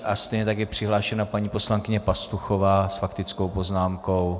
A stejně tak je přihlášena paní poslankyně Pastuchová s faktickou poznámkou.